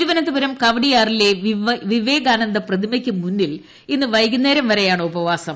തിരുവനന്തപുരം കവടിയാറിലെ വിവേകാനന്ദ പ്രതിമക്ക് മുന്നിൽ ഇന്ന് വൈകുന്നേരം വരെയാണ് ഉപവാസം